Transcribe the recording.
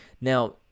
Now